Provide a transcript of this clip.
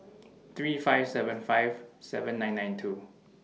three five seven five seven nine nine two